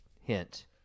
hint